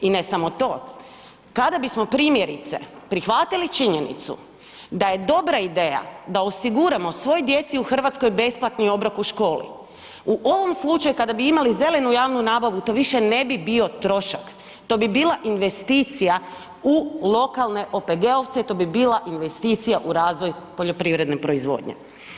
I ne samo to, kada bismo primjerice prihvatili činjenicu da je dobra ideja da osiguramo svoj djeci u Hrvatskoj besplatni obrok u školi u ovom slučaju kada bi imali zelenu javnu nabavu to više ne bi bio trošak, to bi bila investicija u lokalne OPG-ovce, to bi bila investicija u razvoj poljoprivredne proizvodnje.